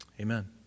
amen